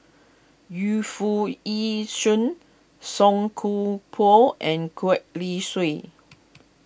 Yu Foo Yee Shoon Song Koon Poh and Gwee Li Sui